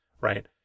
right